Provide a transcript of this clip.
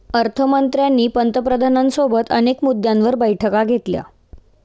अर्थ मंत्र्यांनी पंतप्रधानांसोबत अनेक मुद्द्यांवर बैठका घेतल्या